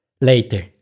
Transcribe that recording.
later